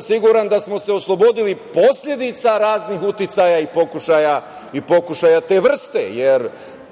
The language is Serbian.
siguran da smo se oslobodili posledica raznih uticaja i pokušaja te vrste. Jer,